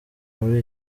muri